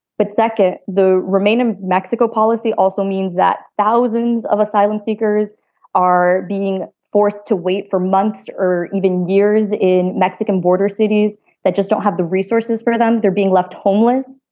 but second, the remaining mexico policy also means that thousands of asylum seekers are being forced to wait for months or even years in mexican border cities that just don't have the resources for them. they're being left homeless.